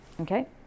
Okay